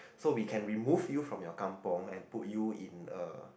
so we can remove you from your kampung and put you in a